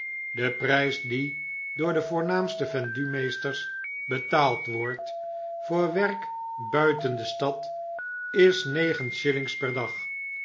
de prijs die door de voornaamste vendumeesters betaald wordt voor werk buiten de stad is negen shillings per dag